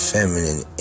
Feminine